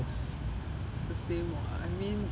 it's the same [what] I mean